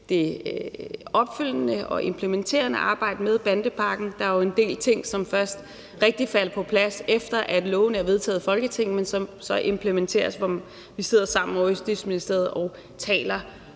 det opfølgende og implementerende arbejde med bandepakken. Der er jo en del ting, som først rigtig faldt på plads, efter at loven blev vedtaget af Folketinget, men som så implementeres, hvor vi sidder sammen ovre i Justitsministeriet og taler